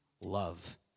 love